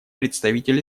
представитель